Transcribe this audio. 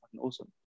awesome